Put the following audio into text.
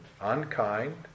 unkind